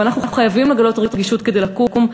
ואנחנו חייבים לגלות רגישות כדי לקום,